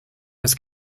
his